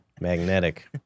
Magnetic